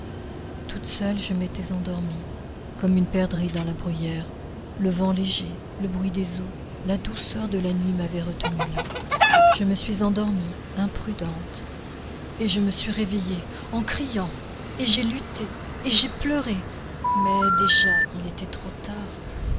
toute seule je m'étais endormie comme une perdrix dans la bruyère le vent léger le bruit des eaux la douceur de la nuit m'avaient retenue là je me suis endormie imprudente et je me suis réveillée en criant et j'ai lutté et j'ai pleuré mais déjà il était trop tard